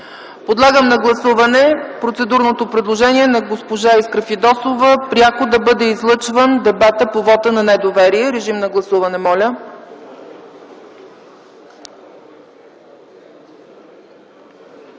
Подлагам на гласуване процедурното предложение на госпожа Искра Фидосова - пряко да бъде излъчван дебатът по вота на недоверие. Гласували